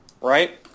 Right